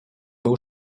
był